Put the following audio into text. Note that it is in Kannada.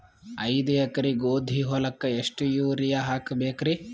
ಐದ ಎಕರಿ ಗೋಧಿ ಹೊಲಕ್ಕ ಎಷ್ಟ ಯೂರಿಯಹಾಕಬೆಕ್ರಿ?